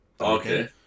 Okay